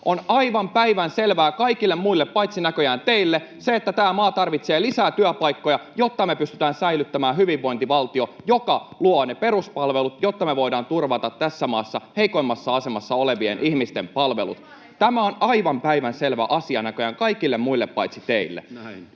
On aivan päivänselvää kaikille muille paitsi näköjään teille se, että tämä maa tarvitsee lisää työpaikkoja, jotta me pystytään säilyttämään hyvinvointivaltio, joka luo ne peruspalvelut, jotta me voidaan turvata tässä maassa heikoimmassa asemassa olevien ihmisten palvelut. [Jenna Simulan välihuuto] Tämä on aivan päivänselvä asia näköjään kaikille muille paitsi teille.